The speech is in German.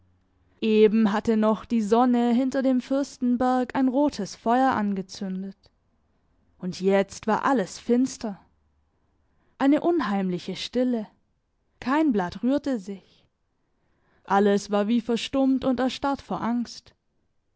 eben hatte noch die sonne hinter dem fürstenberg ein rotes feuer angezündet und jetzt war alles finster eine unheimliche stille kein blatt rührte sich alles war wie verstummt und erstarrt vor angst